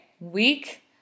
week